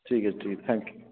ଠିକ୍ ଅଛି ଠିକ୍ ଅଛି ଥ୍ୟାଙ୍କ୍ ୟୁ